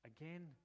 Again